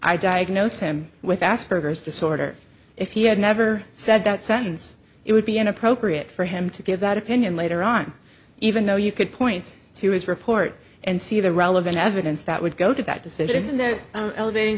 i diagnosed him with asperger's disorder if he had never said that sentence it would be inappropriate for him to give that opinion later on even though you could point to his report and see the relevant evidence that would go to that decision isn't there elevat